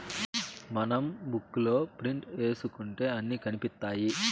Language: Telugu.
మనం బుక్ లో ప్రింట్ ఏసుకుంటే అన్ని కనిపిత్తాయి